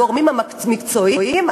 הגורמים המקצועיים?